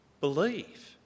believe